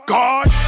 God